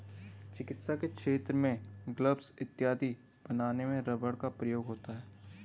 चिकित्सा के क्षेत्र में ग्लब्स इत्यादि बनाने में रबर का प्रयोग होता है